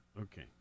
Okay